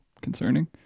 concerning